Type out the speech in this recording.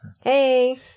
Hey